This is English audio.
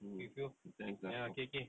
mm thanks ah